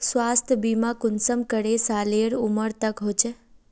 स्वास्थ्य बीमा कुंसम करे सालेर उमर तक होचए?